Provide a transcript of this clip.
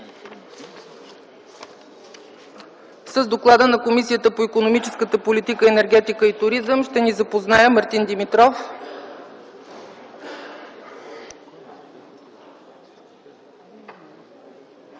С Доклада на Комисията по икономическата политика, енергетика и туризъм ще ни запознае председателят